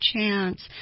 chance